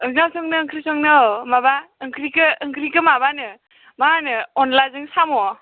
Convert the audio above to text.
ओंखाम संनो ओंख्रि संनो औ माबा ओंख्रिखौ ओंख्रिखौ माबानो माहोनो अनलाजों साम'